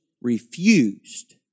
refused